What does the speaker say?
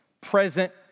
present